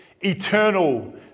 eternal